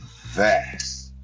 vast